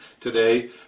today